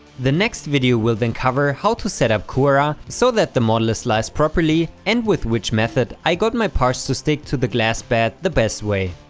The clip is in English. the next video will then cover how to set up cura so that the model is sliced properly and with which method i got my parts to stick to the glass bed the best way.